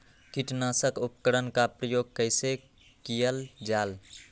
किटनाशक उपकरन का प्रयोग कइसे कियल जाल?